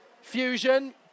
Fusion